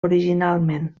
originalment